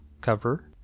cover